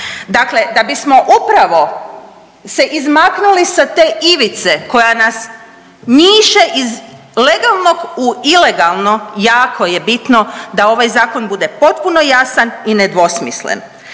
Dakle, da bismo se upravo se izmaknuli sa te ivice koja nas njiše iz legalnog u ilegalno jako je bitno da ovaj zakon bude potpuno jasan i nedvosmislen.